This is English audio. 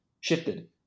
shifted